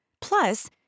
Plus